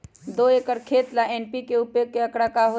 दो एकर खेत ला एन.पी.के उपयोग के का आंकड़ा होई?